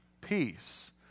peace